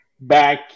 back